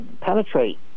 penetrate